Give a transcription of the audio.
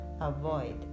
avoid